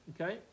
okay